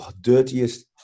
dirtiest